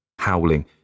Howling